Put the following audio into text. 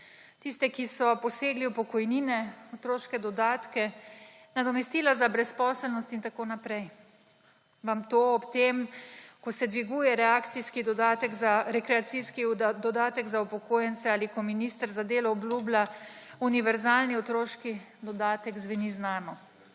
Tiste, ki so posegli v pokojnine, otroške dodatke, nadomestila za brezposelnost in tako naprej. Vam to ob tem, ko se dviguje rekreacijski dodatek za upokojence ali ko minister za delo obljublja univerzalni otroški dodatek. zveni znano?